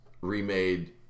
remade